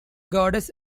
goddess